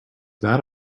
that